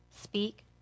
speak